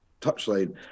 touchline